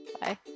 bye